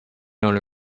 only